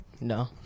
No